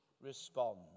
respond